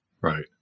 Right